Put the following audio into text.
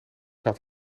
had